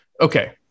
Okay